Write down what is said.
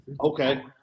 Okay